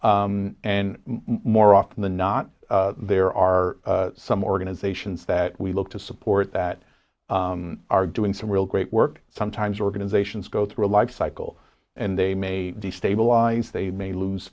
and more often than not there are some organizations that we look to support that are doing some real great work sometimes organizations go through life cycle and they may destabilize they may lose